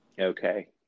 Okay